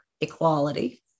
equality